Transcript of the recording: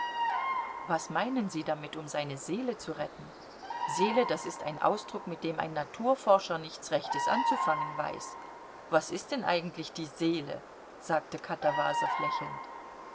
was meinen sie damit um seine seele zu retten seele das ist ein ausdruck mit dem ein naturforscher nichts rechtes anzufangen weiß was ist denn eigentlich die seele sagte katawasow lächelnd